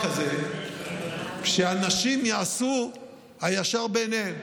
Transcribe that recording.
שאנשים יעשו הישר בעיניהם,